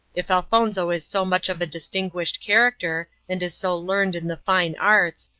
if elfonzo is so much of a distinguished character, and is so learned in the fine arts,